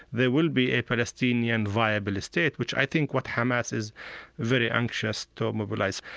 there will be a palestinian viable state, which i think what hamas is very anxious to mobilize.